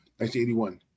1981